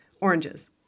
oranges